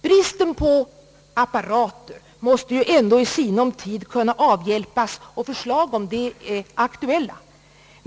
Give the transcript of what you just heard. Bristen på apparater måste ändå i sinom tid kunna avhjälpas, och förslag därom är aktuella.